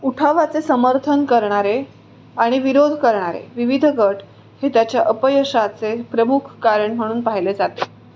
उठावाचे समर्थन करणारे आणि विरोध करणारे विविध गट हे त्याच्या अपयशाचे प्रमुख कारण म्हणून पाहिले जाते